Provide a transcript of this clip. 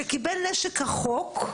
שקיבל את הנשק כחוק,